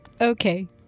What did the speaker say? Okay